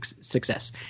success